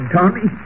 Tommy